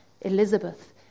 Elizabeth